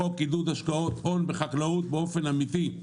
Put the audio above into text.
בחוק עידוד השקעות בחקלאות באופן אמיתי.